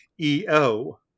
EO